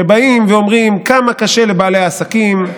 ובאים ואומרים כמה קשה לבעלי עסקים,